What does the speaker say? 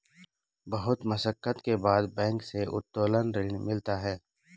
बहुत मशक्कत के बाद बैंक से उत्तोलन ऋण मिला है